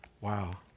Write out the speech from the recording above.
Wow